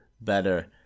better